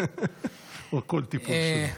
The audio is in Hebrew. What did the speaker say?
או כל טיפול שהוא.